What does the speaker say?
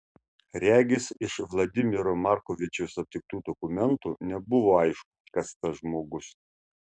regis iš vladimiro markovičiaus aptiktų dokumentų nebuvo aišku kas tas žmogus